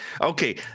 Okay